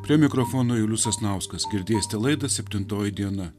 prie mikrofono julius sasnauskas girdėsite laidą septintoji diena